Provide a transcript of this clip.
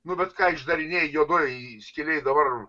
nu bet ką išdarinėja juodojoj skylėj dabar